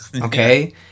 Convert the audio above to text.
Okay